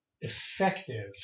effective